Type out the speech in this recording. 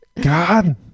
God